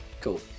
Cool